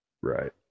Right